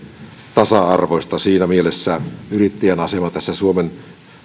tasa arvoista siinä mielessä yrittäjän asema tässä suomen